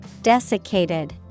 Desiccated